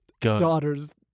daughters